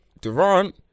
Durant